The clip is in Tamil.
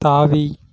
தாவி